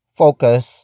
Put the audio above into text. focus